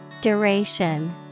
Duration